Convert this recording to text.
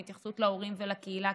התייחסות להורים ולקהילה,